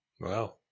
Wow